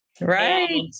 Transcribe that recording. Right